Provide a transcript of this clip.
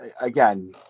again